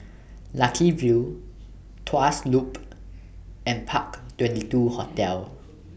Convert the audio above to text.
Lucky View Tuas Loop and Park twenty two Hotel